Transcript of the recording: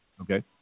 Okay